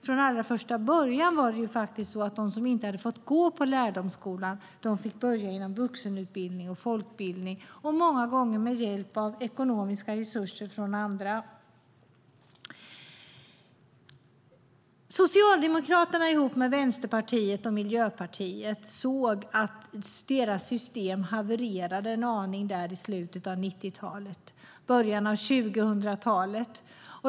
Från allra första början var det faktiskt så att de som inte hade fått gå i lärdomsskolan fick börja inom vuxenutbildning och folkbildning, många gånger med hjälp av ekonomiska resurser från andra. Socialdemokraterna ihop med Vänsterpartiet och Miljöpartiet såg att deras system havererade en aning i slutet av 1990-talet och början av 2000-talet.